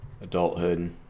adulthood